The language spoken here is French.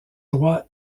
droit